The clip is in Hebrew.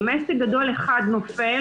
אם עסק גדול אחד נופל,